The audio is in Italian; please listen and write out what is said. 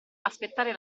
aspettare